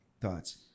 thoughts